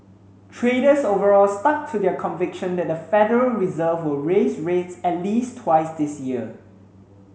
traders overall stuck to their conviction that the Federal Reserve will raise rates at least twice this year